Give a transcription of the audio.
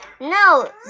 No